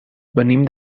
venim